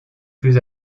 plus